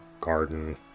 garden